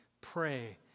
pray